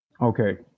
Okay